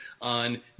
on